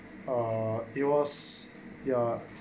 uh he was ya